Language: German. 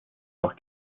noch